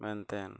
ᱢᱮᱱᱛᱮ